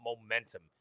momentum